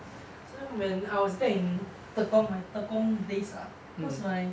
so then when I was back in tekong my tekong days ah cause like